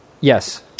Yes